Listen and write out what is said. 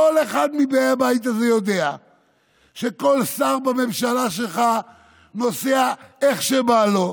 כל אחד מבאי הבית הזה יודע שכל שר בממשלה שלך נוסע איך שבא לו,